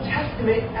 Testament